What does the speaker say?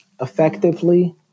effectively